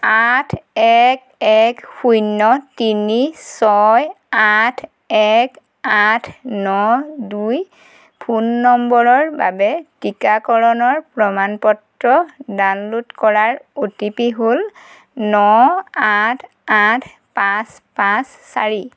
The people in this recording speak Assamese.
আঠ এক এক শূন্য তিনি ছয় আঠ এক আঠ ন দুই ফোন নম্বৰৰ বাবে টীকাকৰণৰ প্ৰমাণ পত্ৰ ডাউনলোড কৰাৰ অ' টি পি হ'ল ন আঠ আঠ পাঁচ পাঁচ চাৰি